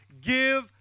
give